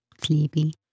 sleepy